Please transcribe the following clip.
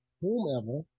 whomever